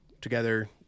Together